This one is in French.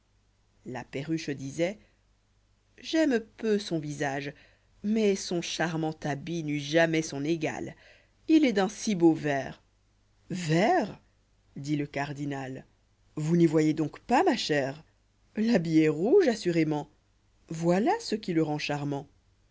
la perruche disoit j'àirne peu son visage mais son charmant habit n'eut jamais son égal ii est d'un si beau vert vert dit le cardinal vous n'y voyez donc pas ma chère l'habit est rouge assurément voilà ce qui le rend charmant